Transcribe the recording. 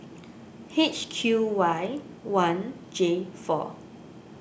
H Q Y one J four